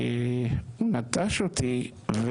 שהוא נטש אותי,